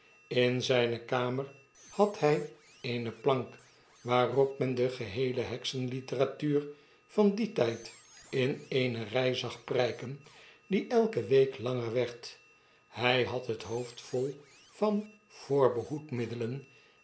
in zijne kamer had hy eene plank waarop men de geheele heksenliteratuur van dien tjjd in eenerjj zag prjjken die elke week langer werd hij had het hoofd vol van voorbehoedmiddelen